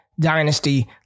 dynasty